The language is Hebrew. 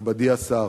נכבדי השר,